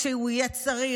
כשהוא יהיה צריך,